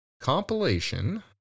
compilation